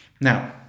Now